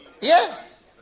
Yes